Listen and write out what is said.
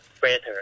better